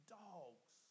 dogs